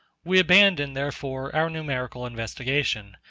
we abandon, therefore, our numerical investigation,